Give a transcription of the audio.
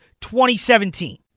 2017